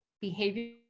behavior